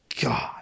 god